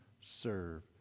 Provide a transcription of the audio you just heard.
serve